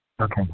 Okay